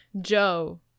Joe